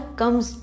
comes